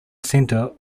center